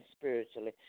spiritually